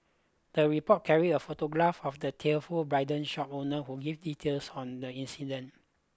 the report carried a photograph of the tearful bridal shop owner who give details on the incident